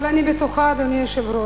אבל אני בטוחה, אדוני היושב-ראש,